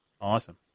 Awesome